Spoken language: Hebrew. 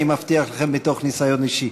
אני מבטיח לכם, מניסיון אישי.